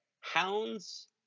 hounds